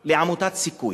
של עמותת "סיכוי",